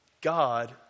God